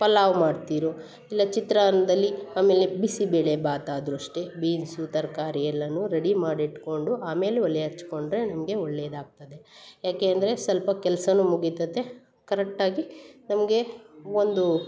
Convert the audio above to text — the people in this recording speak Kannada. ಪಲಾವ್ ಮಾಡ್ತಿರೋ ಇಲ್ಲ ಚಿತ್ರಾನದಲ್ಲಿ ಆಮೇಲೆ ಬಿಸಿಬೇಳೆ ಬಾತು ಆದರೂ ಅಷ್ಟೇ ಬೀನ್ಸು ತರ್ಕಾರಿ ಎಲ್ಲನು ರೆಡಿ ಮಾಡಿ ಇಟ್ಕೊಂಡು ಆಮೇಲೆ ಒಲೆ ಹಚ್ಕೊಂಡ್ರೆ ನಮಗೆ ಒಳ್ಳೆಯದು ಆಗ್ತದೆ ಯಾಕೆ ಅಂದರೆ ಸ್ವಲ್ಪ ಕೆಲ್ಸವೂ ಮುಗಿತದೆ ಕರೆಕ್ಟಾಗಿ ನಮಗೆ ಒಂದು